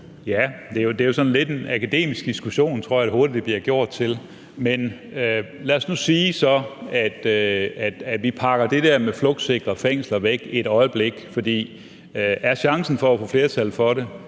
gjort til sådan lidt en akademisk diskussion, tror jeg. Men lad os nu sige, at vi så pakker det der med flugtsikre fængsler væk et øjeblik, for er der chance for at få flertal for det?